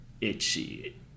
itchy